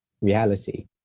reality